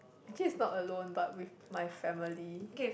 actually is not alone but with my family